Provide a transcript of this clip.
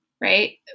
right